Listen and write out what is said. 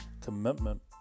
Commitment